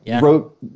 wrote